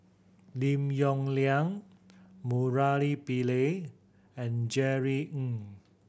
Lim Yong Liang Murali Pillai and Jerry Ng